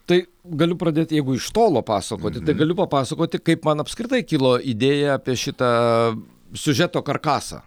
tai galiu pradėti jeigu iš tolo pasakoti tai galiu papasakoti kaip man apskritai kilo idėja apie šitą siužeto karkasą